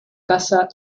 caza